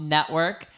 Network